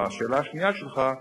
או השאלה השנייה שלך,